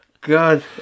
God